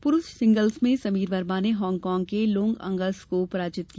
पुरुष सिंगल्स में समीर वर्मा ने हांगकांग के का लोंग अंगस को पराजित किया